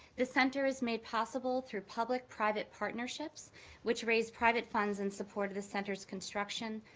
the center is made possible through public-private partnerships which raise private funds in support of the center's construction,